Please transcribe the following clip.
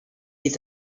est